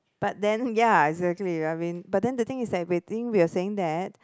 but then ya exactly I mean but then the thing is that we think we're saying that